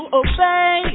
obey